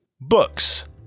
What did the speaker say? Books